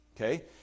Okay